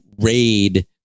raid